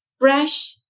fresh